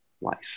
life